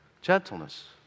gentleness